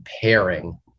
pairing